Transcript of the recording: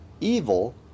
evil